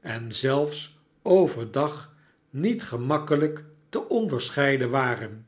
en zelfs over dag niet gemakkelijk te onderscheiden waren